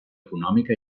econòmica